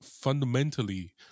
fundamentally